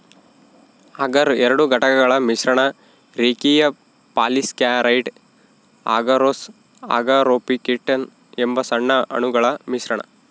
ಅಗರ್ ಎರಡು ಘಟಕಗಳ ಮಿಶ್ರಣ ರೇಖೀಯ ಪಾಲಿಸ್ಯಾಕರೈಡ್ ಅಗರೋಸ್ ಅಗಾರೊಪೆಕ್ಟಿನ್ ಎಂಬ ಸಣ್ಣ ಅಣುಗಳ ಮಿಶ್ರಣ